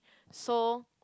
so